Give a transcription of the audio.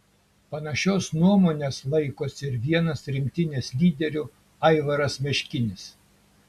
panašios nuomonės laikosi ir vienas rinktinės lyderių aivaras meškinis